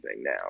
now